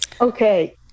okay